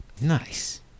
Nice